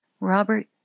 Robert